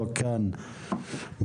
לא כאן באולם,